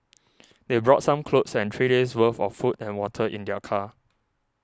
they brought some clothes and three days' worth of food and water in their car